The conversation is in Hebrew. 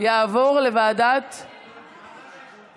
תעבור לוועדת, קרן.